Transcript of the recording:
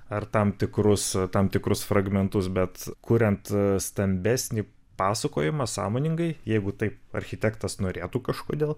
ar tam tikrus tam tikrus fragmentus bet kuriant stambesnį pasakojimą sąmoningai jeigu taip architektas norėtų kažkodėl